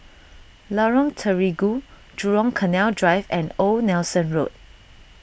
Lorong Terigu Jurong Canal Drive and Old Nelson Road